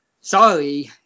Sorry